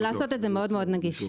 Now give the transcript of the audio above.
ולעשות את זה מאוד מאוד נגיש.